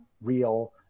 real